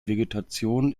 vegetation